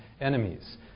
enemies